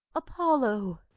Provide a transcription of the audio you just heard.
apollo!